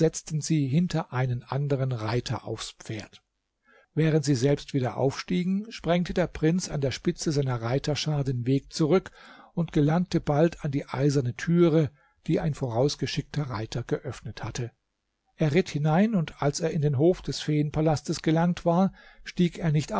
hinter einen anderen reiter aufs pferd während sie selbst wieder aufstiegen sprengte der prinz an der spitze seiner reiterschar den weg zurück und gelangte bald an die eiserne türe die ein vorausgeschickter reiter geöffnet hatte er ritt hinein und als er in den hof des feenpalastes gelangt war stieg er nicht